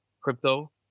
crypto